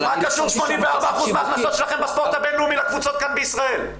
מה קשור 84% מההכנסות שלכם בספורט הבינלאומי לקבוצות כאן בישראל?